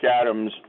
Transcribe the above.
Adams